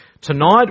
Tonight